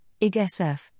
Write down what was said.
IGSF